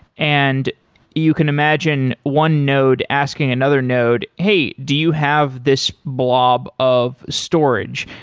and you can imagine one node asking another node, hey, do you have this blob of storage?